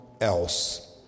else